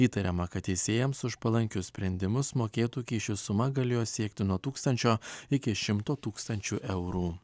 įtariama kad teisėjams už palankius sprendimus mokėtų kyšių suma galėjo siekti nuo tūkstančio iki šimto tūkstančių eurų